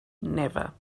never